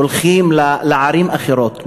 הולכים לערים אחרות,